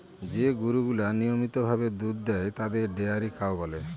যে গরুগুলা নিয়মিত ভাবে দুধ দেয় তাদের ডেয়ারি কাউ বলে